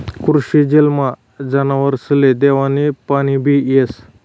कृषी जलमा जनावरसले देवानं पाणीबी येस